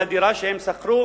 מהדירה שהם שכרו,